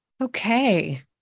Okay